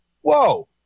Whoa